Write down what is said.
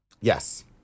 Yes